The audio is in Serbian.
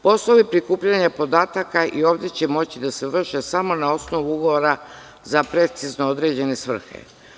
Posao prikupljanja podataka i ovde će moći da se vrši samo na osnovu ugovora za precizno određene svrhe.